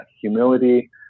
humility